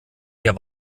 ihr